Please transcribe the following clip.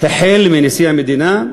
החל בנשיא המדינה,